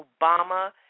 Obama